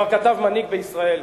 כבר כתב מנהיג בישראל,